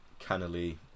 cannily